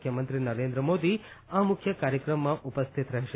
મુખ્યમંત્રી નરેન્દ્ર મોદી આ મુખ્ય કાર્યક્રમમાં ઉપસ્થિત રહેશે